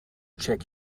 check